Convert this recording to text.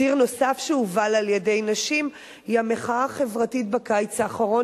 ציר נוסף שהובל על-ידי נשים הוא המחאה החברתית בקיץ האחרון.